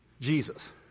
Jesus